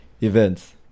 events